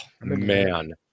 man